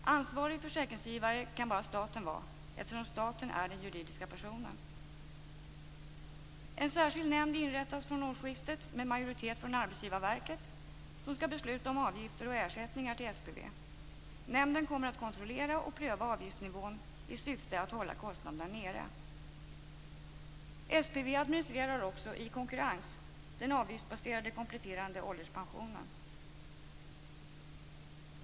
Ansvarig försäkringsgivare kan bara staten vara, eftersom staten är den juridiska personen. En särskild nämnd inrättas från årsskiftet med majoritet från Arbetsgivarverket som skall besluta om avgifter och ersättningar till SPV. Nämnden kommer att kontrollera och pröva avgiftsnivån i syfte att hålla kostnaderna nere. SPV administrerar också, i konkurrens, den avgiftsbaserade kompletterande ålderspensionen.